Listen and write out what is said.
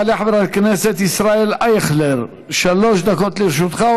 יעלה חבר הכנסת ישראל אייכלר, שלוש דקות לרשותך,